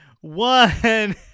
one